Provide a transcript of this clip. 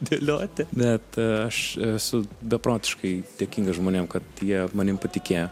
dėlioti bet aš esu beprotiškai dėkingas žmonėm kad jie manimi patikėjo